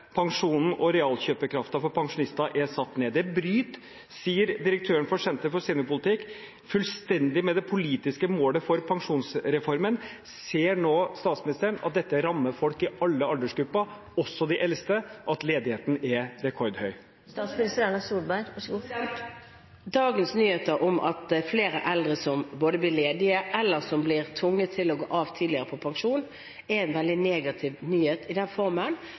er satt ned. Det bryter, sier direktøren for Senter for seniorpolitikk, fullstendig med det politiske målet for pensjonsreformen. Ser nå statsministeren at dette rammer folk i alle aldersgrupper, også de eldste, og at ledigheten er rekordhøy? Dagens nyheter om at det er flere eldre som blir ledige, eller som blir tvunget til å gå av med pensjon tidligere, er en veldig negativ nyhet, i den